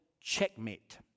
Checkmate